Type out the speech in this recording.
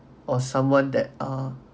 or someone that ah